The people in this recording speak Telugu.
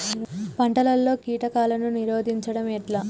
పంటలలో కీటకాలను నిరోధించడం ఎట్లా?